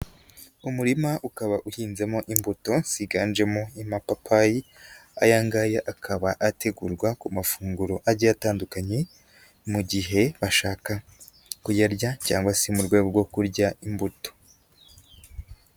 Umurima ukaba uhinzemo imbuto ziganjemo imapapayi, aya ngaya akaba ategurwa ku mafunguro agiye atandukanye mu gihe bashaka kuyarya cyangwa se mu rwego rwo kurya imbuto.